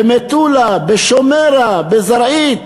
במטולה, בשומרה, בזרעית,